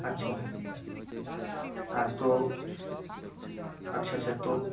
আচ্ছা তো আচ্ছা আচ্ছা তো